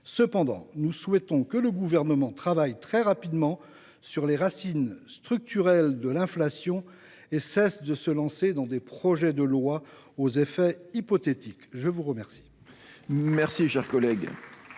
souhaitons toutefois que le Gouvernement travaille très rapidement sur les racines structurelles de l’inflation et qu’il cesse de se lancer dans des projets de loi aux effets hypothétiques. Très bien